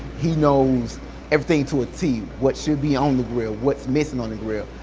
he knows everything to a t, what should be on the grill, what's missing on the grill.